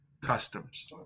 customs